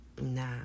Nah